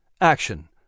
Action